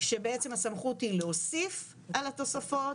שבעצם הסמכות היא להוסיף על התוספות,